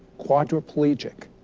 quadriplegic,